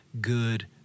good